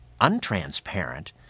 untransparent